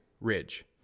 ridge